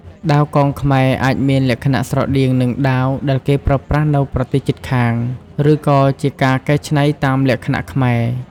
ដាវកោងខ្មែរអាចមានលក្ខណៈស្រដៀងនឹងដាវដែលគេប្រើប្រាស់នៅប្រទេសជិតខាង ឬក៏ជាការកែច្នៃតាមលក្ខណៈខ្មែរ។